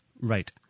Right